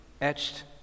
etched